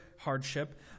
hardship